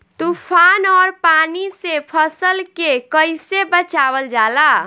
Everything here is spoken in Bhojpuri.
तुफान और पानी से फसल के कईसे बचावल जाला?